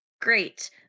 Great